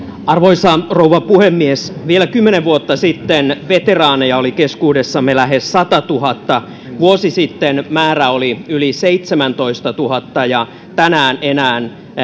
arvoisa rouva puhemies vielä kymmenen vuotta sitten veteraaneja oli keskuudessamme lähes satatuhatta vuosi sitten määrä oli yli seitsemäntoistatuhatta ja tänään enää